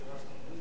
כבוד